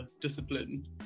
discipline